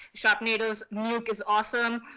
sharpnado's, nuke is awesome.